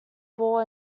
ball